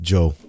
Joe